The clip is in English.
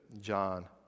John